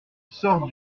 sort